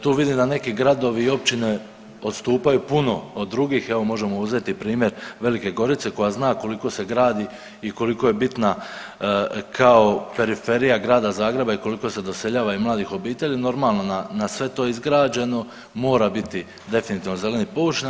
Tu vidim da neki gradovi i općine odstupaju puno od drugih, evo možemo uzeti primjer Velike Gorice koja zna koliko se gradi i koliko je bitna kao periferija Grada Zagreba i koliko se doseljava i mladih obitelji, normalno na, na sve to izgrađeno mora biti definitivno zelenih površina.